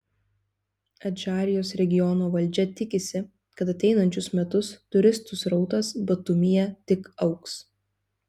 adžarijos regiono valdžia tikisi kad ateinančius metus turistų srautas batumyje tik augs